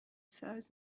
size